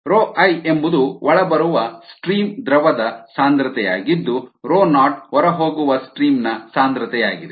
i ಎಂಬುದು ಒಳಬರುವ stream ದ್ರವದ ಸಾಂದ್ರತೆಯಾಗಿದ್ದು 0 ಹೊರಹೋಗುವ ಸ್ಟ್ರೀಮ್ ನ ಸಾಂದ್ರತೆಯಾಗಿದೆ